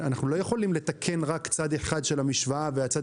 אנחנו לא יכולים לתקן רק צד אחד של המשוואה והצד